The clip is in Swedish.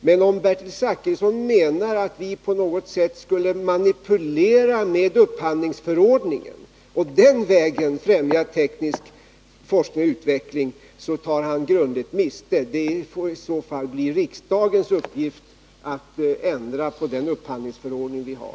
Men om Bertil Zachrisson menar att vi på något sätt skulle manipulera med upphandlingsförordningen och den vägen främja teknisk forskning och utveckling tar han grundligt miste. Det får i så fall bli riksdagens uppgift att ändra på den upphandlingsförordning vi har.